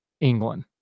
England